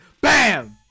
Bam